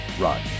Run